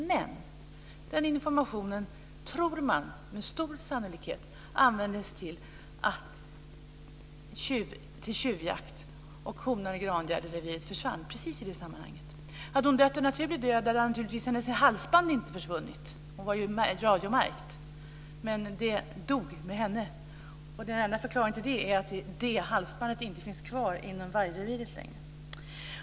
Men den informationen tror man med stor sannolikhet användes till tjuvjakt. Honan i Grangärdereviret försvann i det sammanhanget. Hade hon dött en naturlig död hade hennes halsband naturligtvis inte försvunnit. Hon var radiomärkt. Men det dog med henne, och den enda förklaringen till det är att halsbandet inte finns kvar inom vargreviret längre.